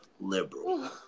liberal